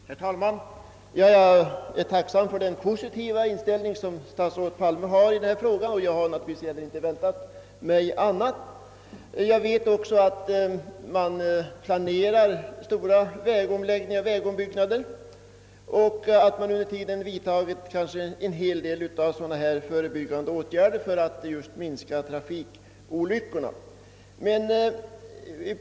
Herr talman! Jag är tacksam för den positiva inställning som statsrådet Palme har i denna fråga — jag hade naturligtvis inte väntat mig något annat. Jag vet också att stora vägombyggnader planeras och att en hel del förebyggande åtgärder har vidtagits för att minska trafikolyckorna.